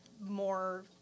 more